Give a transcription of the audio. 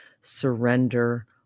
Surrender